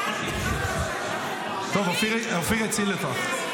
טוב, אופיר הציל אותך.